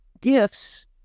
gifts